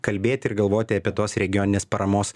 kalbėti ir galvoti apie tos regioninės paramos